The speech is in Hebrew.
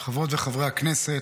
חברות וחברי הכנסת,